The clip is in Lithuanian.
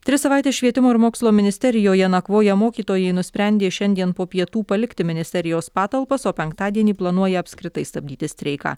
tris savaites švietimo ir mokslo ministerijoje nakvoję mokytojai nusprendė šiandien po pietų palikti ministerijos patalpas o penktadienį planuoja apskritai stabdyti streiką